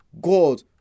God